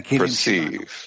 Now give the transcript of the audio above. perceive